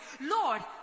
Lord